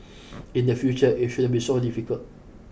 in the future it shouldn't be so difficult